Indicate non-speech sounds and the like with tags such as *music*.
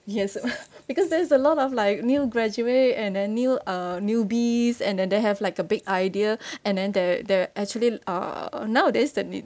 yes *breath* because there's a lot of like new graduate and then new uh newbies and then they have like a big idea *breath* and then they're they're actually uh nowadays there'll be